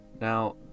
Now